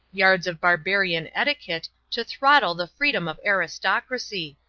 yards of barbarian etiquette, to throttle the freedom of aristocracy!